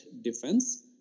defense